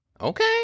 okay